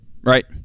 right